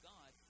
God